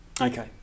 Okay